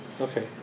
Okay